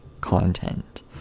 content